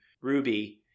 Ruby